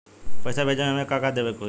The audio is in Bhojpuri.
पैसा भेजे में हमे का का देवे के होई?